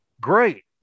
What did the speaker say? Great